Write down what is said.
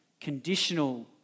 conditional